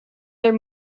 their